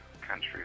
country